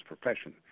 profession